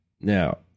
Now